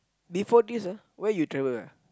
before this ah where you travel ah